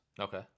Okay